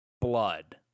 blood